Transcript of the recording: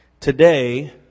Today